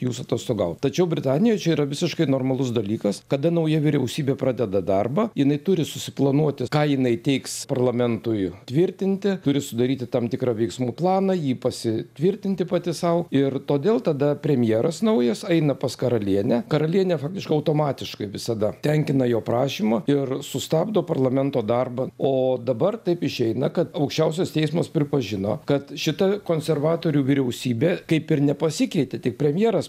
jūs atostogaut tačiau britanijoj čia yra visiškai normalus dalykas kada nauja vyriausybė pradeda darbą jinai turi susiplanuoti ką jinai teiks parlamentui tvirtinti turi sudaryti tam tikrą veiksmų planą jį pasitvirtinti pati sau ir todėl tada premjeras naujas eina pas karalienę karalienė faktiškai automatiškai visada tenkina jo prašymą ir sustabdo parlamento darbą o dabar taip išeina kad aukščiausias teismas pripažino kad šita konservatorių vyriausybė kaip ir nepasikeitė tik premjeras